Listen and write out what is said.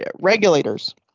regulators